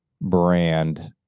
brand